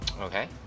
Okay